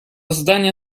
zdania